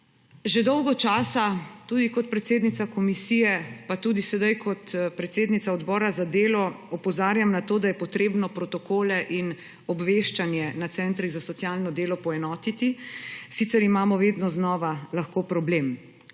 Že dolgo časa, tudi kot predsednica komisije pa tudi sedaj kot predsednica odbora za delo, opozarjam na to, da je potrebno protokole in obveščanje na centrih za socialno delo poenotiti, sicer imamo lahko vedno znova problem.